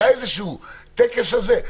היה איזה טקס על זה?